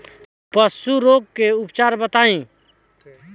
पशु रोग के उपचार बताई?